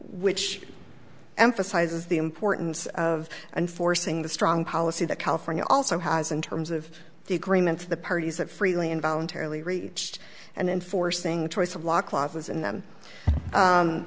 which emphasizes the importance of and forcing the strong policy that california also has in terms of the agreement of the parties that freely and voluntarily reached and enforcing the choice of law clauses in the